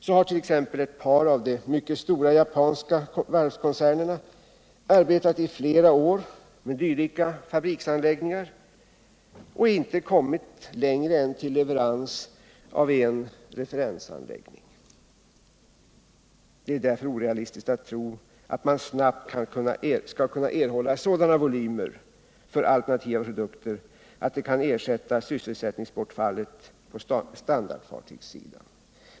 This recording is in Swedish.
Så har 1. ex. ett par av de mycket stora japanska varvskoncernerna arbetat i flera år med dylika fabriksanläggningar och inte kommit längre än till leverans av en referensanläggning. Det är därför orealistiskt att tro att man snabbt kan erhålla sådana volymer för alternativa produkter att de kan ersätta sysselsättningsbortfallet på standardfartygssidan.